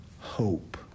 hope